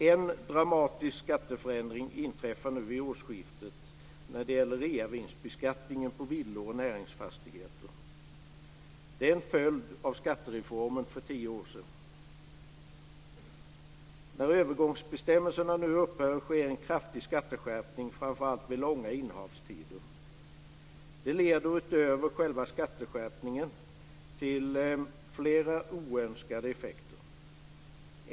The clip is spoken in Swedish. En dramatisk skatteförändring inträffar nu vid årsskiftet när det gäller reavinstbeskattningen av villor och näringsfastigheter. Det är en följd av skattereformen för tio år sedan. När övergångsbestämmelserna nu upphör sker en kraftig skatteskärpning framför allt vid långa innehavstider. Det leder utöver själva skatteskärpningen till flera oönskade effekter.